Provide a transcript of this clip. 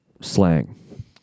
slang